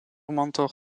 mentor